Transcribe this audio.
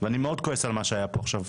ואני מאוד כועס על מה שהיה פה עכשיו.